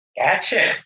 Gotcha